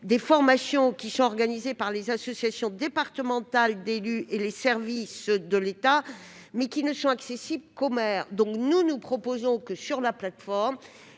des formations sont organisées par les associations départementales d'élus et les services de l'État, mais elles ne sont accessibles qu'aux maires. Nous proposons que, sur la plateforme,